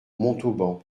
montauban